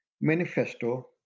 Manifesto